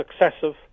successive